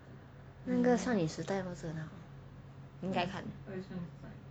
那个少女时代不是很好应该看